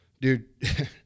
dude